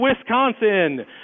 Wisconsin